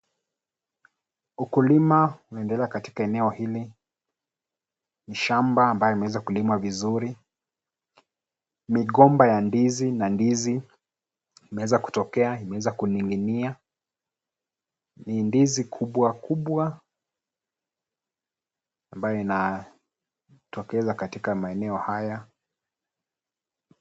Ukulima unaendelea katika eneo hili. Ni shamba ambayo imeweza kulimwa vizuri, migomba ya ndizi na ndizi imeweza kutokea imeweza kuning'inia, ni ndizi kubwa kubwa ambayo ina tokeza katika maeneo haya.